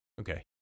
okay